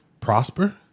prosper